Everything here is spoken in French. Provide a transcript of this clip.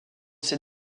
ces